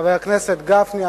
חבר הכנסת גפני,